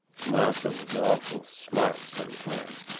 martha was awful smart sometimes.